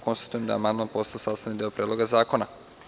Konstatujem da je amandman postao sastavni deo Predloga zakona.